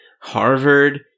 harvard